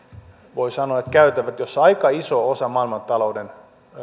voi sanoa käytävät joissa aika iso osa maailmantalouden